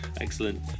Excellent